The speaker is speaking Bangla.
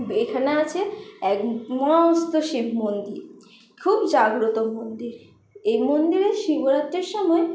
এইখানে আছে এক মস্ত শিব মন্দির খুব জাগ্রত মন্দির এই মন্দিরে শিবরাত্রির সময়